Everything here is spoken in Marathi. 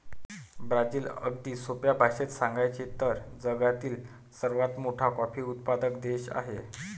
ब्राझील, अगदी सोप्या भाषेत सांगायचे तर, जगातील सर्वात मोठा कॉफी उत्पादक देश आहे